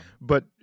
But-